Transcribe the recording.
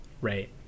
Right